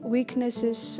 Weaknesses